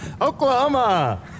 Oklahoma